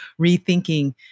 rethinking